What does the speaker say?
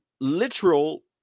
literal